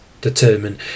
determine